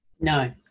No